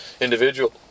individual